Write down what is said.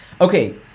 okay